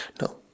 No